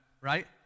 right